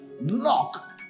Knock